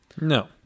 No